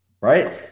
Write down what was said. Right